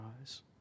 eyes